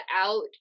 out